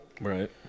Right